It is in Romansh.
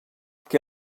che